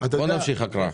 בואו נמשיך בהקראה.